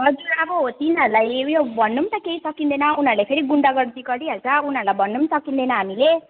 हजुर अब तिनीहरूलाई यो भन्नु पनि त केही सकिँदैन उनीहरूले फेरि गुन्डागर्दी गरिहाल्छ उनीहरूलाई भन्न पनि सकिँदन हामीले